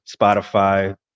Spotify